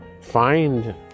find